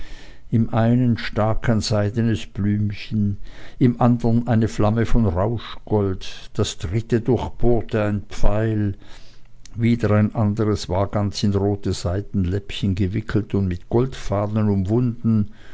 im einen stak ein seidenes blümchen im andern eine flamme von rauschgold das dritte durchbohrte ein pfeil wieder ein anderes war ganz in rote seidenläppchen gewickelt und mit goldfaden umwunden